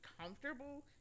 comfortable